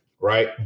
right